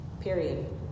Period